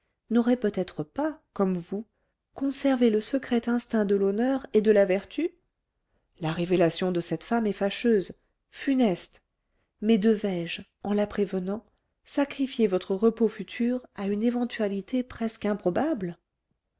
n'auraient peut-être pas comme vous conservé le secret instinct de l'honneur et de la vertu la révélation de cette femme est fâcheuse funeste mais devais-je en la prévenant sacrifier votre repos futur à une éventualité presque improbable